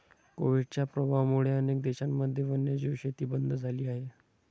कोविडच्या प्रभावामुळे अनेक देशांमध्ये वन्यजीव शेती बंद झाली आहे